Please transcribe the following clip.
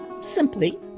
simply